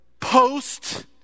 post